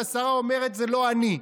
והשרה אומרת: זאת לא אני.